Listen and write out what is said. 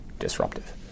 disruptive